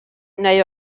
neu